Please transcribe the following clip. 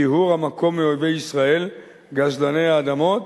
טיהור המקום מאויבי ישראל גזלני האדמות